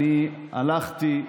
הלכתי,